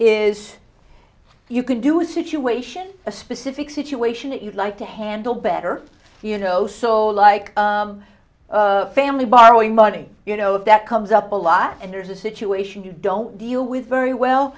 is you can do situation a specific situation that you'd like to handle better you know so like family borrowing money you know if that comes up a lot and there's a situation you don't deal with very well